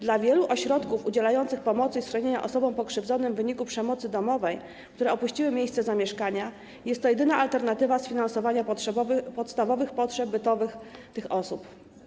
Dla wielu ośrodków udzielających pomocy i schronienia osobom pokrzywdzonym w wyniku przemocy domowej, które opuściły miejsce zamieszkania, jest to jedyna możliwość sfinansowania podstawowych potrzeb bytowych tych osób.